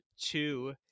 Two